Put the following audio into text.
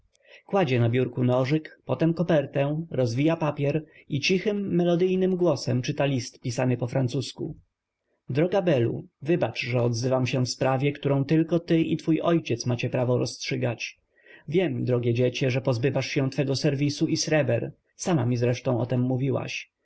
kładzie na biurku nożyk potem kopertę rozwija papier i cichym melodyjnym głosem czyta list pisany pofrancusku droga belu wybacz że odzywam się w sprawie którą tylko ty i twój ojciec macie prawo rozstrzygać wiem drogie dziecię że pozbywasz się twego serwisu i sreber sama mi zresztą o tem mówiłaś